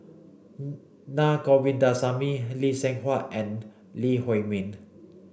Naa Govindasamy Lee Seng Huat and Lee Huei Min